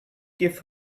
give